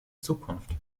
zukunft